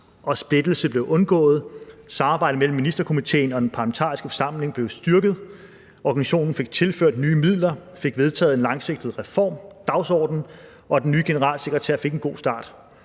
og splittelse blev undgået. Samarbejdet mellem Ministerkomiteen og den Parlamentariske Forsamling blev styrket. Organisationen fik tilført nye midler, fik vedtaget en langsigtet reformdagsorden, og den nye generalsekretær fik en god start.